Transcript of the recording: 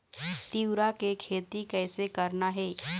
तिऊरा के खेती कइसे करना हे?